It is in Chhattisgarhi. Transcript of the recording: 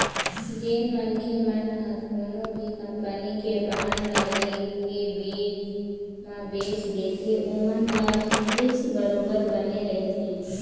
जेन मनखे मन ह कोनो भी कंपनी के बांड ल ले के बीच म बेंच देथे ओमन ल रिस्क बरोबर बने रहिथे